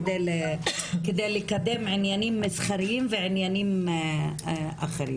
כדי לקדם עניינים מסחריים ועניינים אחרים.